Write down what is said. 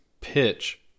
pitch